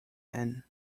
then